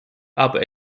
aber